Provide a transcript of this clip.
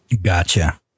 Gotcha